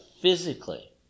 physically